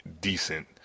decent